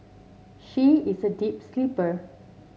she is a deep sleeper